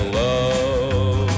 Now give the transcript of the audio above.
love